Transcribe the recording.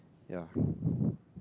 yeah